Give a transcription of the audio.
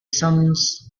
sons